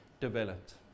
developed